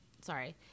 sorry